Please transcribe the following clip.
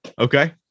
Okay